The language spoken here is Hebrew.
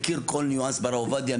מכיר כל ניואנס ברב עובדיה,